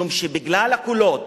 משום שבגלל הקולות,